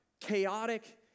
chaotic